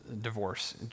divorce